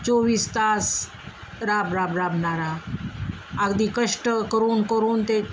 चोवीस तास राब राब राबणारा अगदी कष्ट करून करून ते